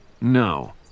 No